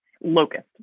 locust